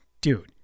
dude